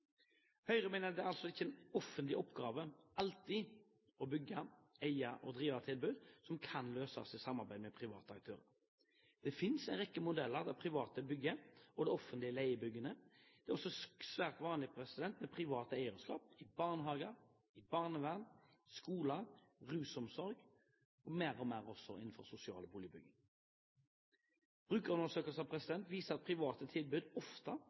Høyre mener at det ikke alltid er en offentlig oppgave å bygge, eie og drive tilbud som kan løses i samarbeid med private aktører. Det finnes en rekke modeller der private bygger, og det offentlige leier byggene. Det er også svært vanlig med privat eierskap i barnehager, barnevern, skoler, rusomsorg og mer og mer også innenfor sosial boligbygging. Brukerundersøkelser viser at private tilbud ofte